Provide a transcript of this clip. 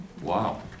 Wow